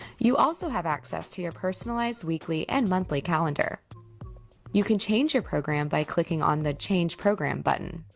you also have access to your personalized weekly and monthly calendar you can change your program by clicking on the change program button